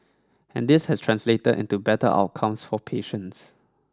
and this has translated into better outcomes for patients